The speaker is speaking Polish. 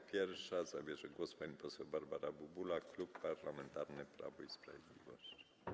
Jako pierwsza zabierze głos pani poseł Barbara Bubula, Klub Parlamentarny Prawo i Sprawiedliwość.